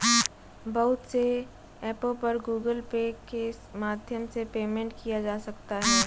बहुत से ऐपों पर गूगल पे के माध्यम से पेमेंट किया जा सकता है